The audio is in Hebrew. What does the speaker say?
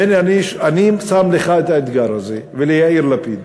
והנה, אני שם לך את האתגר הזה, וליאיר לפיד: